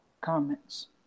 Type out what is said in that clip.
comments